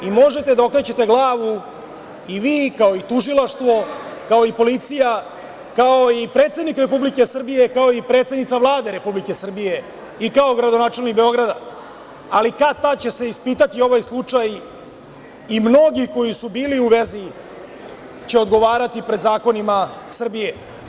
Možete da okrećete glavu i vi, kao i tužilaštvo, kao i policija, kao i predsednik Republike Srbije, kao i predsednica Vlade Republike Srbije, kao i gradonačelnik Beograda, ali, kad-tad će se ispitati ovaj slučaj i mnogi koji su bili u vezi će odgovarati pred zakonima Srbije.